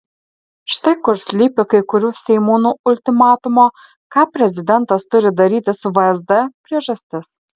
štai kur slypi kai kurių seimūnų ultimatumo ką prezidentas turi daryti su vsd priežastis